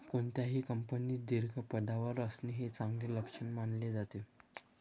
कोणत्याही कंपनीत दीर्घ पदावर असणे हे चांगले लक्षण मानले जाते